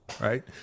right